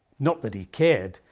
not that he cared,